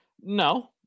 No